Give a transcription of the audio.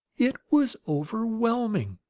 it was overwhelming.